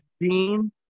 Dean